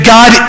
God